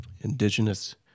indigenous